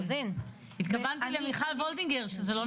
התכוונתי למיכל וולדיגר, שזה לא נכון.